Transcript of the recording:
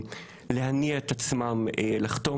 להניע את עצמם לחתום.